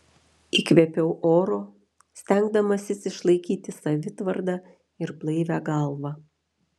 įkvėpiau oro stengdamasis išlaikyti savitvardą ir blaivią galvą